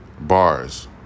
bars